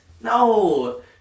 No